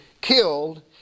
killed